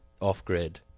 off-grid